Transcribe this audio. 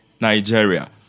Nigeria